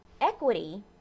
Equity